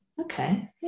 Okay